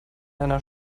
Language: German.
einer